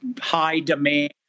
high-demand